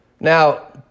Now